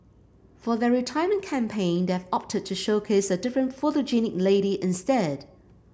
for their retirement campaign they have opted to showcase a different photogenic lady instead